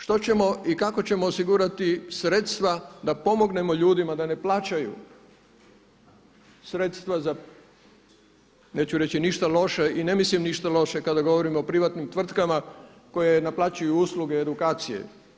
Što ćemo i kako ćemo osigurati sredstva da pomognemo ljudima da ne plaćaju sredstva neću reći za ništa loše i ne mislim ništa loše kada govorim o privatnim tvrtkama koje naplaćuju usluge edukacije.